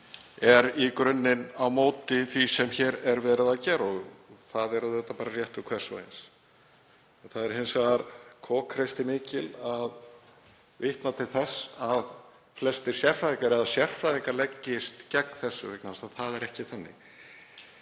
er í grunninn á móti því sem hér er verið að gera og það er auðvitað bara réttur hvers og eins. Það er hins vegar kokhreysti mikil að vitna til þess að flestir sérfræðingar eða sérfræðingar leggist gegn þessu vegna þess að það er ekki þannig.